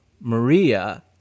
Maria